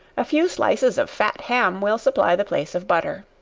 a few slices of fat ham will supply the place of butter.